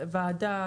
הוועדה,